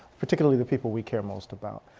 particularly the people we care most about.